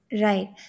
right